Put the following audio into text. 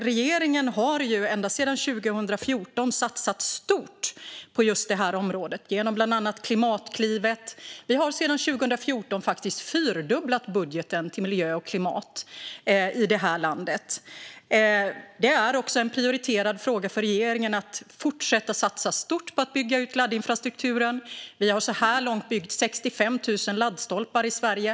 Regeringen har ända sedan 2014 satsat stort på just det här området genom bland annat Klimatklivet. Vi har sedan 2014 faktiskt fyrdubblat budgeten till miljö och klimat i det här landet. Det är också en prioriterad fråga för regeringen att fortsätta satsa stort på att bygga ut laddinfrastrukturen. Vi har så här långt byggt 65 000 laddstolpar i Sverige.